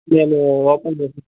నేను ఓపెన్ చేసి